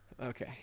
Okay